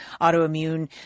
autoimmune